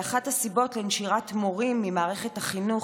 היא אחת הסיבות לנשירת מורים ממערכת החינוך